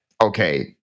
okay